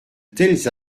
telles